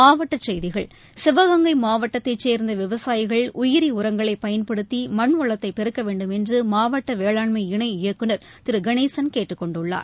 மாவட்டச் செய்திகள் சிவகங்கை மாவட்டத்தைச் சேர்ந்த விவசாயிகள் உயிரி உரங்களை பயன்படுத்தி மண்வளத்தை பெருக்க வேண்டும் என்று மாவட்ட வேளாண்மை இணை இயக்குநர் திரு கணேசன் கேட்டுக் கொண்டுள்ளார்